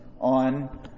on